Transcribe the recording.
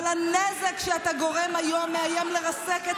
אבל הנזק שאתה גורם היום מאיים לרסק את